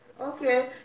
Okay